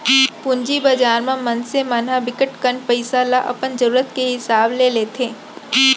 पूंजी बजार म मनसे मन ह बिकट कन पइसा ल अपन जरूरत के हिसाब ले लेथे